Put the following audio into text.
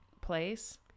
place